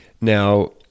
Now